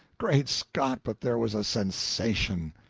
great scott, but there was a sensation!